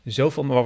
zoveel